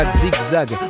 Zigzag